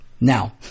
now